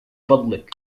فضلك